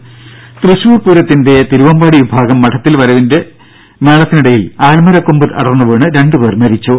ദേദ തൃശൂർ പൂരത്തിന്റെ തിരുവമ്പാടി വിഭാഗം മഠത്തിൽ വരവിന്റെ മേളത്തിനിടയിൽ ആൽമരക്കൊമ്പ് അടർന്നു വീണ് രണ്ടുപേർ മരിച്ചു